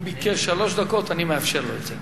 הוא ביקש שלוש דקות, אני מאפשר לו את זה.